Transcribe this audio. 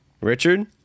Richard